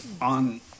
on